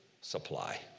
supply